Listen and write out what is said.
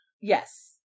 Yes